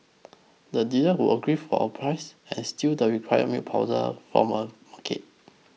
the dealer would agree to a price then steal the required milk powder from a supermarket